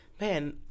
man